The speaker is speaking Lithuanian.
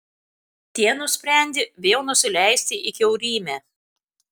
tie nusprendė vėl nusileisti į kiaurymę